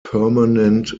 permanent